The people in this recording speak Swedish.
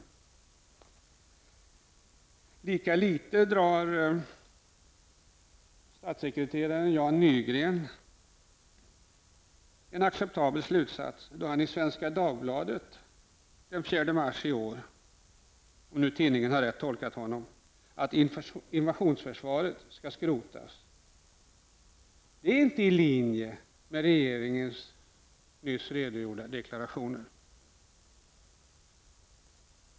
Lika litet drar statssekreteraren Jan Nygren en acceptabel slutsats då han i Svenska Dagbladet den 4 mars i år -- om tidningen nu har tolkat honom rätt -- drog slutsatsen att invasionsförsvaret skall skrotas. Det är inte i linje med regeringens nyss redogjorda deklarationer.